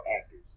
actors